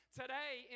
today